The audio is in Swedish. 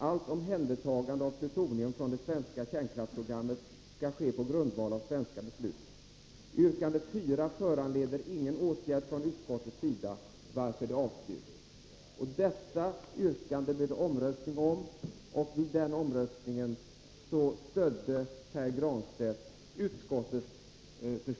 Allt omhändertagande av plutonium från det svenska kärnkraftsprogrammet skall ske på grundval av svenska beslut, Yrkande 4 föranleder därför ingen åtgärd från utskottets sida, varför det avstyrks.”